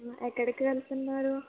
ఎక్కడికి వెళ్తున్నారు